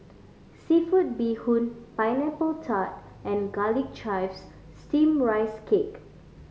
seafood bee hoon Pineapple Tart and Garlic Chives Steamed Rice Cake